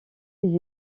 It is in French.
des